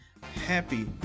happy